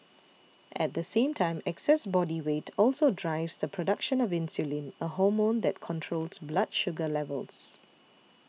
at the same time excess body weight also a drives the production of insulin a hormone that controls blood sugar levels